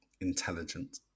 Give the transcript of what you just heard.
intelligent